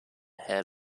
head